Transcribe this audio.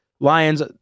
Lions